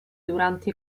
durante